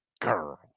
girl